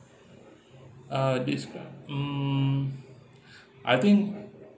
uh this mm I think